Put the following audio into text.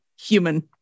human